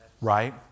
Right